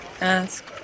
ask